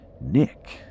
Nick